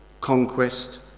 conquest